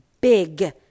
big